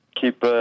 Keep